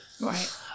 Right